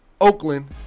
Oakland